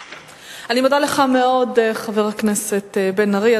הזיקנה והשלמת הכנסה לקשישים בעלות שנתית של כ-400 מיליון